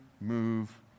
move